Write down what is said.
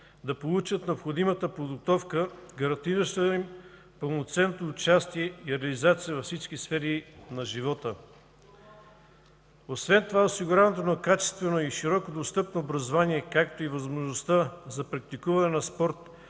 да получат необходимата подготовка, гарантираща им пълноценно участие и реализация във всички сфери на живота. Освен това осигуряването на качествено и широко достъпно образование, както и възможността за практикуване на спорт